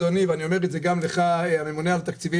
ואני אומר את זה גם לך, הממונה על התקציבים